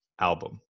album